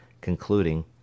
concluding